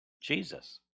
Jesus